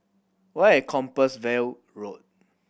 where is Compassvale Road